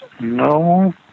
no